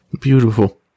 Beautiful